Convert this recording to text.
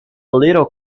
little